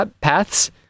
paths